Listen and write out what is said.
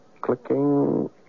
clicking